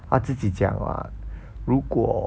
他自己讲 [what] 如果